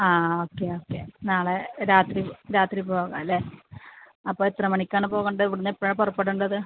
ആ okay okay നാളെ രാത്രി രാത്രി പോകാമല്ലേ അപ്പോൾ എത്ര മണിക്കാണ് പോകേണ്ടത് ഇവിടുന്ന് എപ്പോഴാണ് പുറപ്പെണ്ടേണ്ടത്